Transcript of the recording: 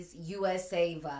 usa